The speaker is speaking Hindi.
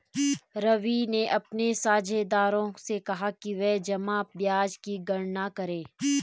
रवि ने अपने साझेदारों से कहा कि वे जमा ब्याज की गणना करें